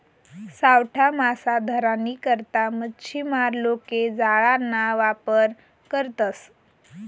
सावठा मासा धरानी करता मच्छीमार लोके जाळाना वापर करतसं